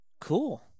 cool